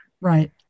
Right